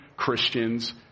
Christians